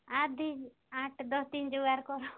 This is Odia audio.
ଆଦି ଆଠ ଦଶଦିନ୍ ଯିବାର୍ କର୍